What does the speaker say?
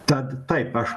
tad taip aš